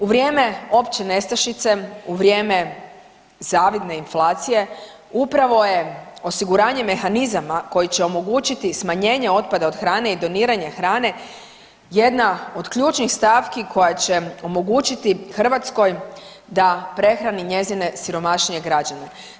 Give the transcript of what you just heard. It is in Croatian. U vrijeme opće nestašice, u vrijeme zavidne inflacije, upravo je osiguranje mehanizama koji će omogućiti smanjenje otpada od hrane i doniranja hrane, jedna od ključnih stavki koja će omogućiti Hrvatskoj da prehrani njezine siromašnije građane.